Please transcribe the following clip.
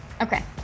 Okay